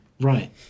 Right